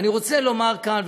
אני רוצה לומר כאן,